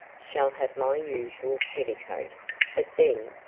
shall have my usual petticoat but then,